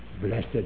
blessed